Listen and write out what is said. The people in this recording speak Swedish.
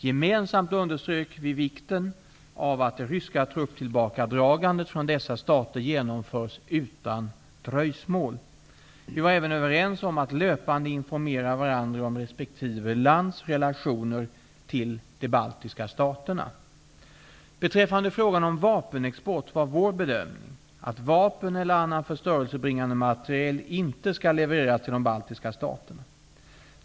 Gemensamt underströk vi vikten av att det ryska trupptillbakadragandet från dessa stater genomförs utan dröjsmål. Vi var även överens om att löpande informera varandra om resp. lands relationer till de baltiska staterna. Beträffande frågan om vapenexport var vår bedömning att vapen eller annan förstörelsebringande materiel inte skall levereras till de baltiska staterna.